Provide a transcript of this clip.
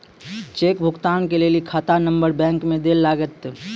cheque भुगतान के लेली खाता नंबर बैंक मे दैल लागतै